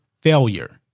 failure